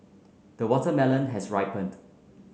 the watermelon has ripened